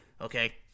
okay